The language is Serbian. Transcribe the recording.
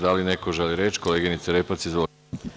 Da li neko želi reč? (Da.) Koleginice Repac, izvolite.